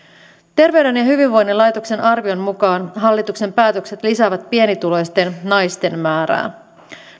terveyden ja hyvinvoinnin laitoksen arvion mukaan hallituksen päätökset lisäävät pienituloisten naisten määrää